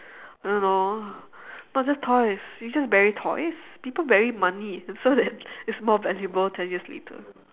I don't know not just toys you just bury toys people bury money and so that it's more valuable ten years later